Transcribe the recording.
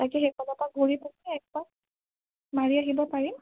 তাকেহে ক'ৰবাৰ পৰা ঘূৰি পকি এক পাক মাৰি আহিব পাৰিম